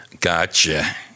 Gotcha